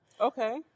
Okay